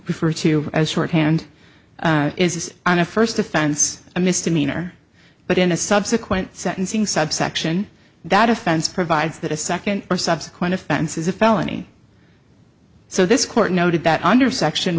refer to as shorthand is on a first offense a misdemeanor but in a subsequent sentencing subsection that offense provides that a second or subsequent offense is a felony so this court noted that under section